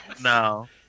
No